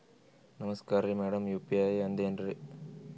ನಮಸ್ಕಾರ್ರಿ madam UPI ಅಂದ್ರೆನ್ರಿ?